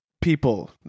people